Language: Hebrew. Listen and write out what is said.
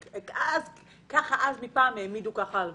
שככה פעם העמידו הלוואות.